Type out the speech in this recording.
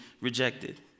rejected